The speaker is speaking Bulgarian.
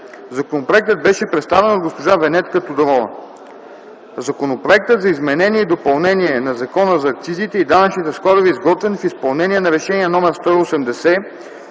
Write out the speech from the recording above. Законопроектът беше представен от госпожа Венетка Тодорова. Законопроектът за изменение и допълнение на Закона за акцизите и данъчните складове е изготвен в изпълнение на Решение № 180